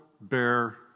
bear